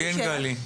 כן, גלי.